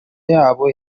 yabo